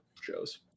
shows